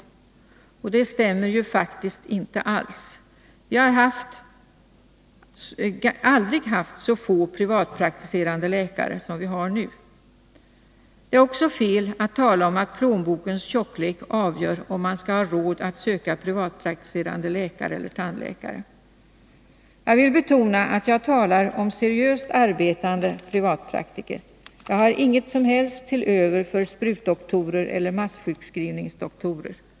Det stämmer faktiskt inte alls. Vi har aldrig haft så få privatpraktiserande läkare som vi har nu. Det är också fel att tala om att plånbokens tjocklek avgör om man skall ha råd att söka en privatpraktiserande läkare eller tandläkare. Jag vill betona att jag talar om seriöst arbetande privatpraktiker. Jag har inget som helst till övers för sprutdoktorer eller massjukskrivningsdoktorer.